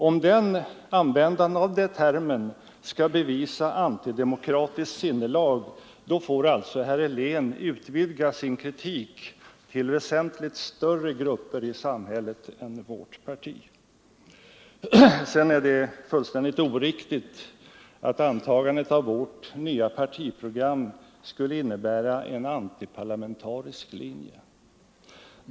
Om användandet av den termen skulle bevisa antidemokratiskt sinnelag, då får alltså herr Helén utvidga sin kritik till väsentligt större grupper i samhället än vårt parti. Sedan är det fullständigt oriktigt att antagandet av vårt nya partiprogram skulle innebära en antiparlamentarisk linje.